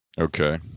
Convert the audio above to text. okay